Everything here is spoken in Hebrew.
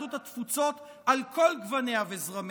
יהדות התפוצות על כל גווניה וזרמיה.